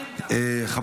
שוטרים וסוהרים.